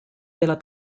della